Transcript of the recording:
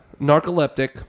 Narcoleptic